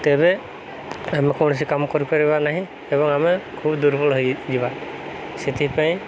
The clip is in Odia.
ତେବେ ଆମେ କୌଣସି କାମ କରିପାରିବା ନାହିଁ ଏବଂ ଆମେ ଖୁବ୍ ଦୁର୍ବଳ ହୋଇଯିବା ସେଥିପାଇଁ